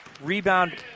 Rebound